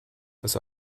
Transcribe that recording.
das